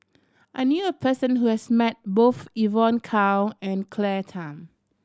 I knew a person who has met both Evon Kow and Claire Tham